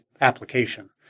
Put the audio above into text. application